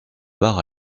bar